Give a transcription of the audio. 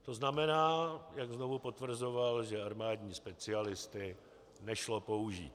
To znamená, jak znovu potvrzoval, že armádní specialisty nešlo použít.